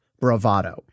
bravado